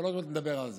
אבל עוד מעט נדבר על זה.